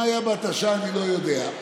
מה היה בהתשה אני לא יודע,